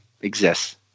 exists